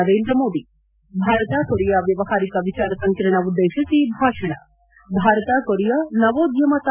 Narendra Modi Bharat Korea ವ್ಯವಹಾರಿಕ ವಿಚಾರ ಸಂಕಿರಣ ಉದ್ದೇಶಿಸಿ ಭಾಷಣ ಭಾರತ ಕೊರಿಯಾ ನವೋದ್ಯಮ ತಾಣ ಉದಾಟನೆ